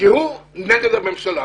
כי הוא נגד הממשלה.